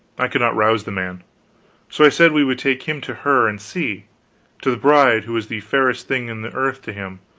i could not rouse the man so i said we would take him to her, and see to the bride who was the fairest thing in the earth to him,